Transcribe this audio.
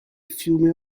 fiume